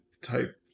type